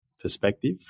perspective